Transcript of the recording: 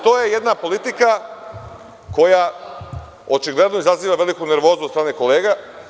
To je jedna politika koja očigledno izaziva veliku nervozu od strane kolega.